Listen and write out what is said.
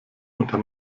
unter